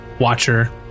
watcher